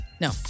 No